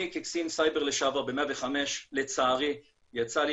אני כקצין סייבר לשעבר ב-105 לצערי יצא לי